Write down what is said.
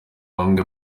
bamwe